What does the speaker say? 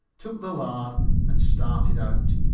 took the lard and started out.